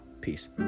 Peace